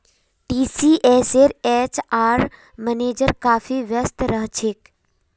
टीसीएसेर HR manager काफी व्यस्त रह छेक